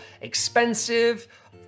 expensive